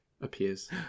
appears